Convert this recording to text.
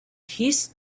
his